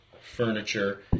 furniture